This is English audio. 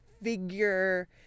figure